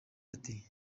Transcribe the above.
ati